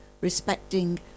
respecting